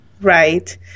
Right